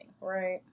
Right